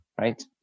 right